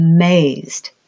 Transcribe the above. amazed